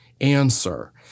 answer